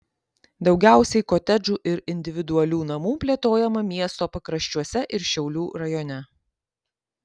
daugiausiai kotedžų ir individualių namų plėtojama miesto pakraščiuose ir šiaulių rajone